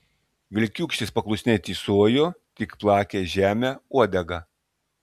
vilkiūkštis paklusniai tysojo tik plakė žemę uodegą